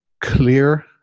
clear